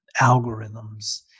algorithms